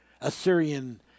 Assyrian